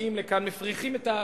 מגיעים לכאן, מפריחים את,